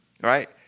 Right